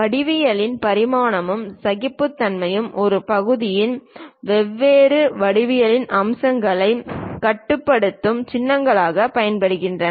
வடிவியல் பரிமாணமும் சகிப்புத்தன்மையும் ஒரு பகுதியின் வெவ்வேறு வடிவியல் அம்சங்களைக் கட்டுப்படுத்த சிறப்பு சின்னங்களைப் பயன்படுத்துகின்றன